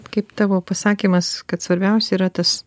kaip tavo pasakymas kad svarbiausia yra tas